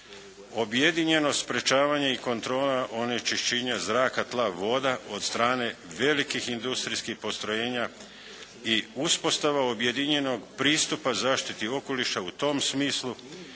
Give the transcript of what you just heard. Objedinjeno sprječavanje i kontrola onečišćenja zraka, tla, voda od strane velikih industrijskih postrojenja i uspostava objedinjenog pristupa zaštiti okoliša u tom smislu,